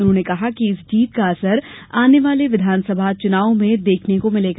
उन्होंने कहा कि इस जीत का असर आने वाले विधानसभा चुनावों में देखने को मिलेगा